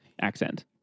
accent